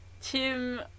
Tim